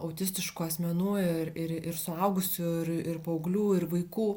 autistiškų asmenų ir ir ir suaugusių ir ir paauglių ir vaikų